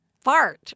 fart